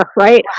right